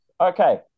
Okay